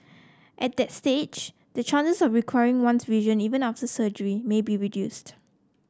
at that stage the chances of recovering one's vision even after surgery may be reduced